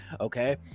Okay